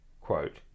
quote